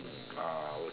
ah